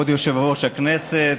כבוד יושב-ראש הכנסת,